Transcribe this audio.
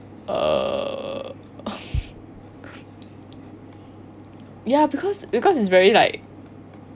uh ya because because it's very like